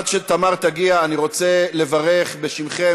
עד שתמר תגיע אני רוצה לברך בשמכם,